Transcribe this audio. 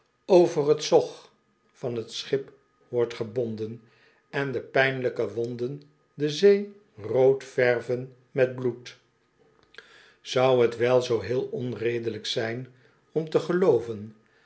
over het zog van t schip wordt gebonden en de pijnlijke wonden de zee rood verven met bloed zou het wel zoo heel onredelijk zijn om te gelooven